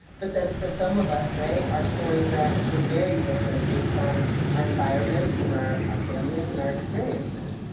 but then for some of us, right, our stories are actually very different, based on our environments and our our families, and our experiences.